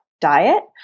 diet